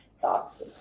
thoughts